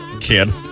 kid